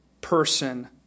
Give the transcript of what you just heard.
person